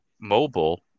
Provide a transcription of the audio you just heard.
mobile